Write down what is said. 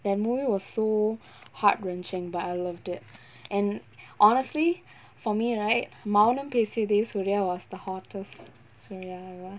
then movie was so heart wrenching but I loved it and honestly for me right mounampesiyathe soorya was the hottest soorya ah